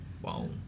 Wow